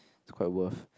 it's quite worth